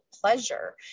pleasure